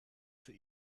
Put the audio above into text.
für